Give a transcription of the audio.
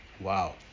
Wow